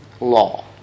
law